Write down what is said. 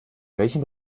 welchem